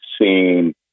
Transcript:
seen